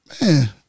man